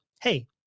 hey